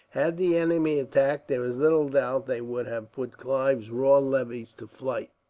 had the enemy attacked, there is little doubt they would have put clive's raw levies to flight.